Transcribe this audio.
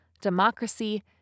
democracy